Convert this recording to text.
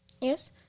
Yes